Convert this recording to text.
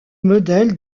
modèle